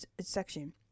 section